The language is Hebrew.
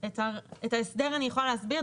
את ההסדר אני יכולה להסביר.